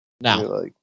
Now